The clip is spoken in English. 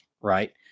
right